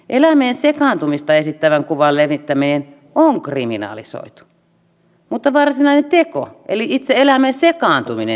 eläimeen sekaantumista esittävän kuvan levittäminen on kriminalisoitu mutta varsinainen teko eli itse eläimeen sekaantuminen ei ole